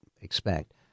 expect